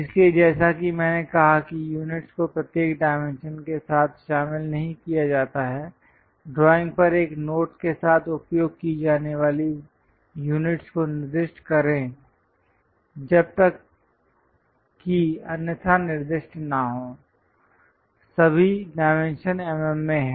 इसलिए जैसा कि मैंने कहा कि यूनिट को प्रत्येक डायमेंशन के साथ शामिल नहीं किया जाता है ड्राइंग पर एक नोट के साथ उपयोग की जाने वाली यूनिट को निर्दिष्ट करें जब तक कि अन्यथा निर्दिष्ट न हो सभी डायमेंशन mm में हैं